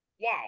Wow